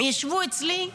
ישבו אצלי,